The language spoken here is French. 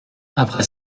après